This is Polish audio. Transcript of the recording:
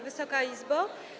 Wysoka Izbo!